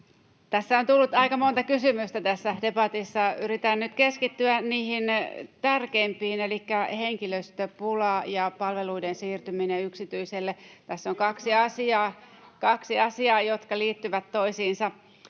on tullut aika monta kysymystä. Yritän nyt keskittyä niihin tärkeimpiin, elikkä henkilöstöpula ja palveluiden siirtyminen yksityiselle. Tässä on kaksi asiaa, jotka liittyvät toisiinsa.